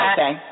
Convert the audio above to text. Okay